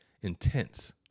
intense